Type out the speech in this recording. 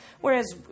Whereas